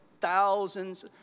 thousands